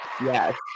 yes